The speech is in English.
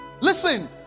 Listen